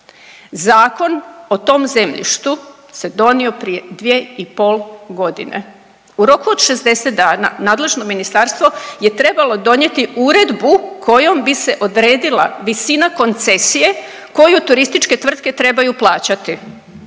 Zakon o tom zemljištu se donio prije dvije i pol godine u roku od 60 dana nadležno ministarstvo je trebalo donijeti uredbu kojom bi se odredila visina koncesije koju turističke tvrtke trebaju plaćati.